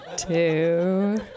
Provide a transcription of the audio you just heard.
Two